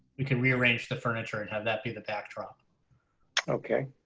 we can rearrange the furniture and have that be the backdrop okay.